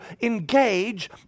engage